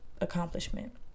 accomplishment